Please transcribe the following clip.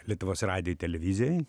lietuvos radijuj televizijoj